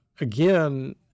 again